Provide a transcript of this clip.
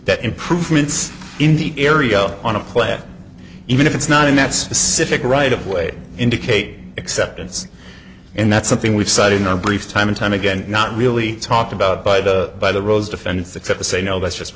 that improvements in the area on a play even if it's not in that specific right of way indicate acceptance and that's something we've cited in our brief time and time again not really talked about by the by the rose defense except to say no that's just